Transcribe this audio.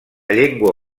llengua